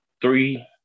three